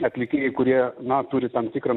atlikėjai kurie na turi tam tikrą